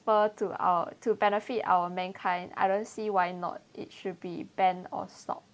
crisper to our to benefit our mankind I don't see why not it should be banned or stop